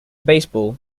baseball